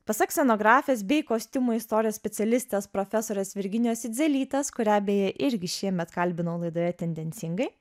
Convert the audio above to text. pasak scenografės bei kostiumų istorijos specialistės profesorės virginijos idzelytės kurią beje irgi šiemet kalbinau laidoje tendencingai